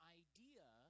idea